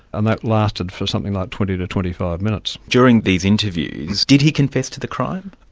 and that lasted for something like twenty to twenty five minutes. during these interviews, did he confess to the crime?